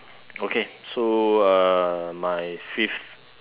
okay so uh my fifth